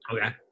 Okay